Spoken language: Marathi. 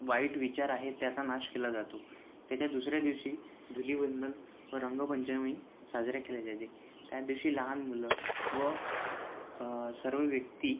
वाईट विचार आहे त्याचा नाश केला जातो त्याच्या दुसऱ्या दिवशी धूलिवंदन व रंगपंचमी साजरे केले जाते त्या दिवशी लहान मुलं व सर्व व्यक्ती